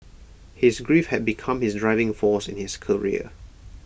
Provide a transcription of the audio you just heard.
his grief had become his driving force in his career